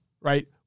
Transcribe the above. right